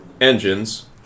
Engines